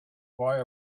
boy